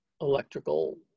electrical